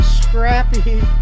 scrappy